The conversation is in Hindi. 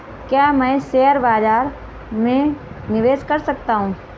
क्या मैं शेयर बाज़ार में निवेश कर सकता हूँ?